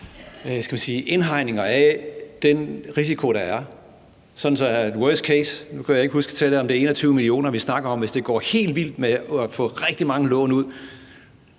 man sige, af den risiko, der er i forhold til et worst case scenario; nu kan jeg ikke huske, om det er 21 mio. kr., vi snakker om, hvis det går helt vildt for sig med at få rigtig mange lån ud.